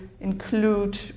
include